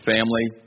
Family